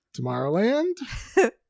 Tomorrowland